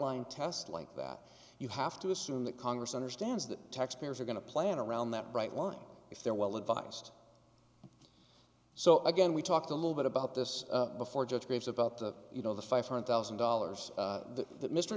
line test like that you have to assume that congress understands that taxpayers are going to plan around that bright line if they're well advised so again we talked a little bit about this before judge graves about the you know the five hundred thousand dollars that mr